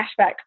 cashback